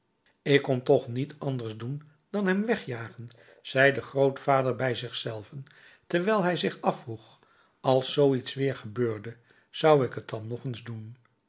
ik kon toch niet anders doen dan hem wegjagen zei de grootvader bij zich zelven terwijl hij zich afvroeg als zoo iets weer gebeurde zou ik het dan nog eens doen